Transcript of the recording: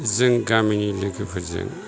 जों गामिनि लोगोफोरजों